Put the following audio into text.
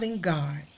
God